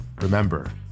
Remember